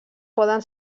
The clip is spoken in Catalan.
poden